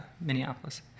Minneapolis